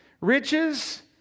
Riches